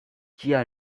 ĝia